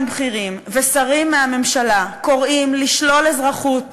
בכירים ושרים מהממשלה קוראים לשלול אזרחות